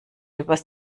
übers